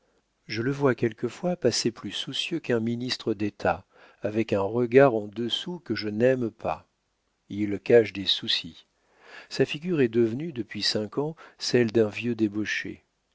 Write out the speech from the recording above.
je le vois quelquefois passer plus soucieux qu'un ministre d'état avec un regard en dessous que je n'aime pas il cache des soucis sa figure est devenue depuis cinq ans celle d'un vieux débauché